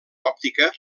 òptica